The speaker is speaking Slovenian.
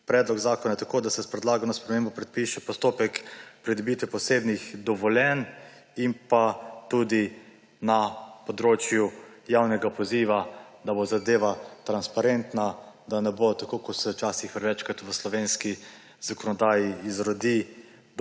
predlog zakona, da se s predlagano spremembo predpiše postopek pridobitve posebnih dovoljenj, da pa bo tudi na področju javnega poziva zadeva transparentna, da ne bo tako, kot se prevečkrat v slovenki zakonodaji izrodi